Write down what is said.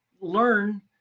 learn